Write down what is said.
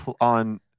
on